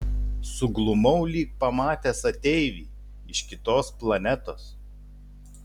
suglumau lyg pamatęs ateivį iš kitos planetos